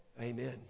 Amen